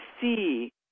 see